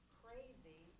crazy